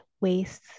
wastes